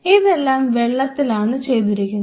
ഇതെല്ലാം വെള്ളത്തിലാണ് ചെയ്തിരിക്കുന്നത്